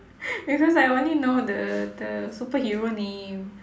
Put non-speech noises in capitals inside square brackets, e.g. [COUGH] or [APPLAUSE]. [LAUGHS] because I only know the the superhero name